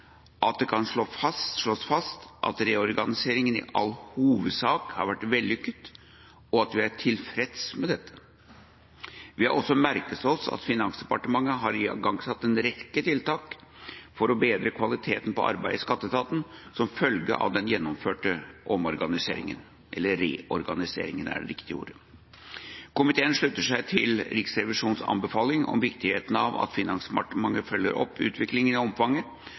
at det kan slås fast at reorganiseringa i all hovedsak har vært vellykket, og at vi er tilfreds med dette. Vi har også merket oss at Finansdepartementet har igangsatt en rekke tiltak for å bedre kvaliteten på arbeidet i skatteetaten som følge av den gjennomførte reorganiseringa. Komiteen slutter seg til Riksrevisjonens anbefaling om viktigheten av at Finansdepartementet følger opp utviklinga i omfanget